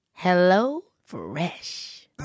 HelloFresh